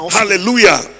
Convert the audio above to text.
hallelujah